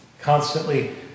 Constantly